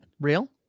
real